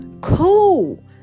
cool